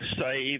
save